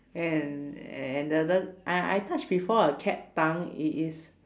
and a~ another I I touch before a cat tongue it is